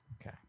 okay